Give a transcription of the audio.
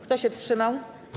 Kto się wstrzymał?